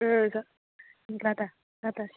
ओं लाटासो